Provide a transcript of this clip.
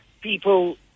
people